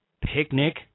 picnic